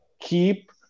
keep